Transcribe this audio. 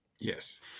yes